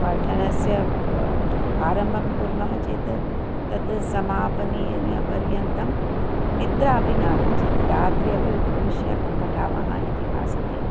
पठनस्य आरम्भं कुर्मः चेत् तद् समापनीयं पर्यन्तं निद्रा अपि न आगच्छति रात्रिः अपि उपविश्य पठामः इति भासते